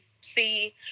see